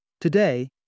Today